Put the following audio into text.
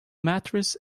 mattress